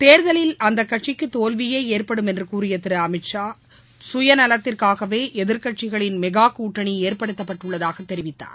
தேர்தல் அந்த கட்சிக்கு தோல்வியே ஏற்படும் என்று கூறிய திரு அமித்ஷா சுயநலத்திற்கவே எதிர்கட்சிகளின் மெகா கூட்டணி ஏற்படுத்தப்பட்டுள்ளதாக தெரிவித்தார்